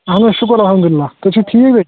اہَن حظ شُکُر اَلحَمدُالِلّہ تُہۍ چھِو ٹھیٖک